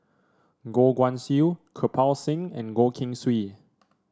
Goh Guan Siew Kirpal Singh and Goh Keng Swee